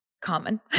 common